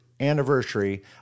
anniversary